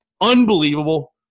Unbelievable